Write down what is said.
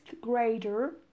grader